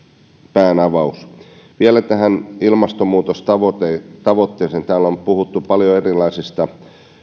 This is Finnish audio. päänavaus vielä tähän ilmastonmuutostavoitteeseen täällä on puhuttu paljon erilaisista